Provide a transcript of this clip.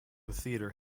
theater